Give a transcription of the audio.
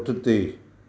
पुठिते